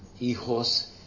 hijos